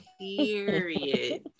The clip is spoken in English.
period